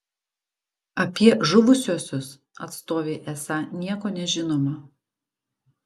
apie žuvusiuosius atstovei esą nieko nežinoma